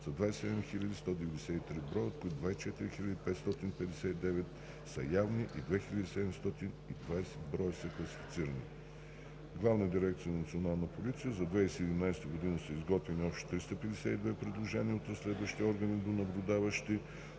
са 27 193 броя, от които 24 559 броя са явни и 2720 броя са класифицирани. В Главна дирекция „Национална полиция“ за 2017 г. са изготвени общо 352 предложения от разследващите органи до наблюдаващи